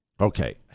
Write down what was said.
Okay